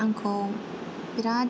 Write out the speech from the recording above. आंखौ बिराथ